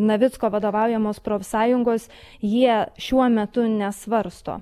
navicko vadovaujamos profsąjungos jie šiuo metu nesvarsto